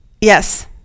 Yes